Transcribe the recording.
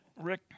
Rick